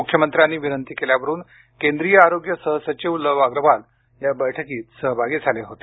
मुख्यमंत्र्यांनी विनंती केल्यावरून केंद्रीय आरोग्य सहसचिव लव अग्रवाल या बैठकीत सहभागी झाले होते